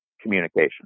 communication